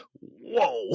Whoa